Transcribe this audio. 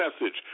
message